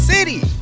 City